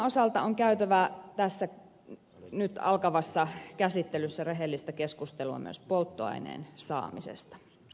ydinvoiman osalta on käytävä tässä nyt alkavassa käsittelyssä rehellistä keskustelua myös polttoaineen saamisesta